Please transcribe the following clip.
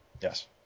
Yes